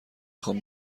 خوام